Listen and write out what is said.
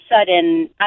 sudden